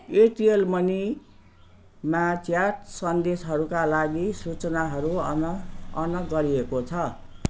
Airtel मनीमा chat सन्देशहरूका लागि सूचनाहरू अन अन गरिएको छ